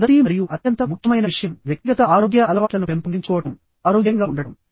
మొదటి మరియు అత్యంత ముఖ్యమైన విషయం వ్యక్తిగత ఆరోగ్య అలవాట్లను పెంపొందించుకోవడం ఆరోగ్యంగా ఉండటం